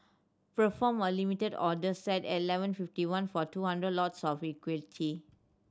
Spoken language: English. perform a Limit order set at eleven fifty one for two hundred lots of equity